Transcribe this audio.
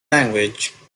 language